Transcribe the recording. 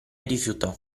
rifiutò